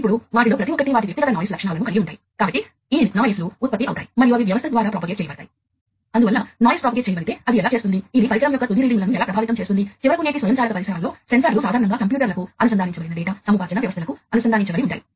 గతంలో field monitoring పరికరాలు తెలివైనవి కావు అందువల్ల అన్ని నియంత్రణ పర్యవేక్షణ కార్యకలాపాలు హోస్ట్ కంప్యూటర్ వద్ద ఉండ వలసి ఉన్నది